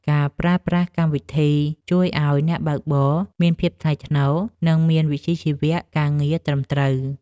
ការប្រើប្រាស់កម្មវិធីជួយឱ្យអ្នកបើកបរមានភាពថ្លៃថ្នូរ និងមានវិជ្ជាជីវៈការងារត្រឹមត្រូវ។